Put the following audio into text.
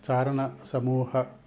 चारणसमूहे